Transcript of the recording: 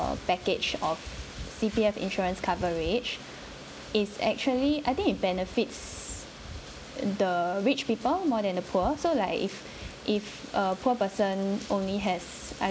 a package of C_P_F insurance coverage is actually I think it benefits the rich people more than the poor so like if if a poor person only has